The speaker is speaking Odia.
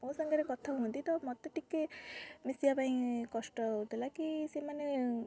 ମୋ ସାଙ୍ଗରେ କଥା ହୁଅନ୍ତି ତ ମୋତେ ଟିକେ ମିଶିବା ପାଇଁ କଷ୍ଟ ହଉଥିଲା କି ସେମାନେ